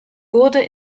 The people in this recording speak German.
wurde